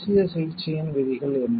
தேசிய சிகிச்சையின் விதிகள் என்ன